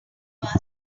give